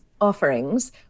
offerings